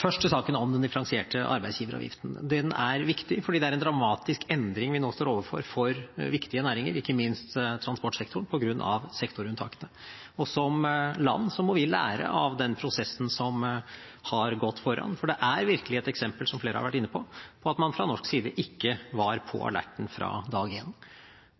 saken om den differensierte arbeidsgiveravgiften. Den er viktig fordi det er en dramatisk endring vi nå står overfor for viktige næringer, ikke minst transportsektoren, på grunn av sektorunntakene. Som land må vi lære av den prosessen som har pågått forut, for det er virkelig et eksempel på – som flere har vært inne på – at man fra norsk side ikke var på alerten fra dag én.